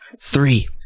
Three